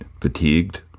fatigued